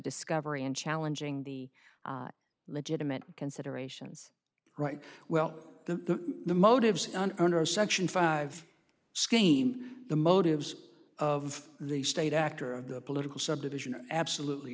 discovery and challenging the legitimate considerations right well the the motives and under section five scheme the motives of the state actor of the political subdivision are absolutely